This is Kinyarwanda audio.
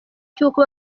cy’uko